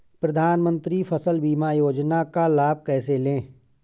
प्रधानमंत्री फसल बीमा योजना का लाभ कैसे लें?